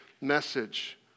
message